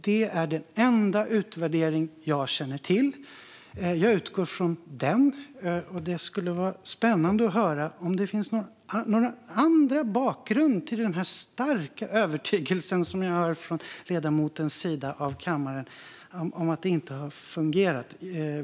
Det här är den enda utvärdering jag känner till. Jag utgår från den. Det skulle vara spännande att höra om det finns någon annan bakgrund till den starka övertygelsen som jag hör från ledamotens sida av kammaren att det här stödet inte har fungerat.